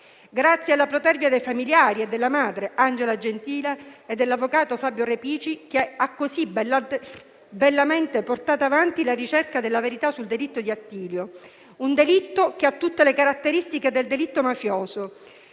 ringraziare la protervia dei familiari, della madre, Angela Gentile, e dell'avvocato Fabio Repici, che ha così bellamente portato avanti la ricerca della verità sul delitto di Attilio. È un delitto che ha tutte le caratteristiche di quello mafioso,